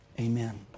Amen